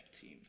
team